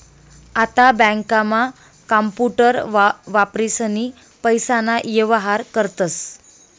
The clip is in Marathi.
आता बँकांमा कांपूटर वापरीसनी पैसाना व्येहार करतस